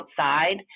outside